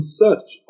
search